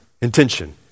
intention